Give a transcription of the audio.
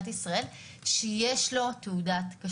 יש לה שיקול דעת.